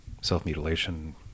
self-mutilation